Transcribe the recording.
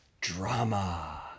drama